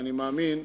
ואני מאמין,